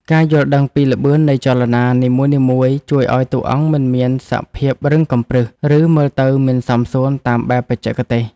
ការយល់ដឹងពីល្បឿននៃចលនានីមួយៗជួយឱ្យតួអង្គមិនមានសភាពរឹងកំព្រឹស ឬ មើលទៅមិនសមសួនតាមបែបបច្ចេកទេស។